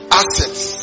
assets